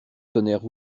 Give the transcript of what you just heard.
tonnerre